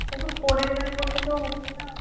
দেখুন করে দেবেন বললে তো হচ্ছে না